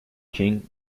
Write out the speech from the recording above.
king